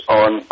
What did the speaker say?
on